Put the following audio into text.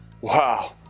Wow